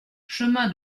chemin